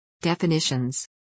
Definitions